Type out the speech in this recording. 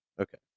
Okay